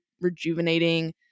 rejuvenating